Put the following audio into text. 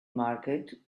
marked